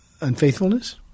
unfaithfulness